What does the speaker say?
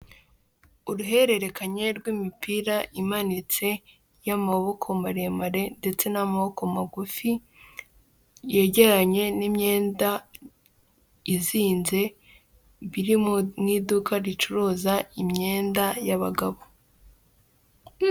Uruhererekanye rw'imipira imanitse yo mu maboko maremare ndetse n'amaboko magufi, yegeranye n'imyenda izinze, biri mu iduka ricuruza imyenda y'abagabo.